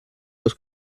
los